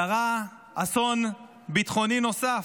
קרה אסון ביטחוני נוסף,